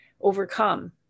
overcome